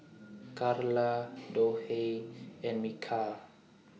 Karla Dorthey and Michal